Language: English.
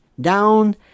down